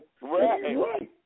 Right